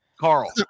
Carl